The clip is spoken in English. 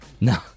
No